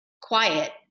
quiet